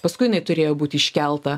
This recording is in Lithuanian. paskui jinai turėjo būti iškelta